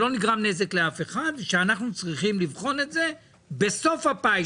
שלא נגרם נזק לאף אחד ושאנחנו צריכים לבחון את זה בסוף הפיילוט.